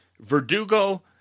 Verdugo